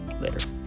Later